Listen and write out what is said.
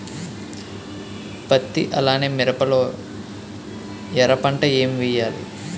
పత్తి అలానే మిరప లో ఎర పంట ఏం వేయాలి?